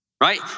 right